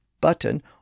button